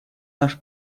наш